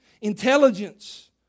Intelligence